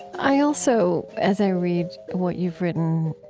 i also, as i read what you've written,